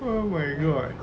oh my god